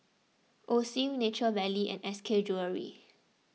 Osim Nature Valley and S K Jewellery